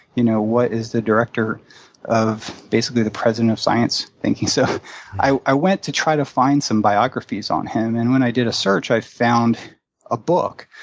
you know what is the director of basically the president of science thinking? so i i went to try to find some biographies on him, and when i did a search i found a book,